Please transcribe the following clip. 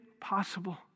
possible